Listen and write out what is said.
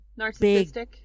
narcissistic